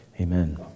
amen